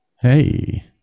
Hey